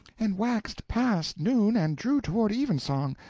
and waxed past noon and drew toward evensong.